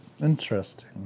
interesting